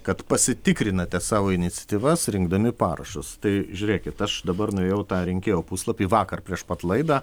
kad pasitikrinate savo iniciatyvas rinkdami parašus tai žiūrėkit aš dabar nuėjau į tą rinkėjo puslapį vakar prieš pat laidą